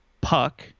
puck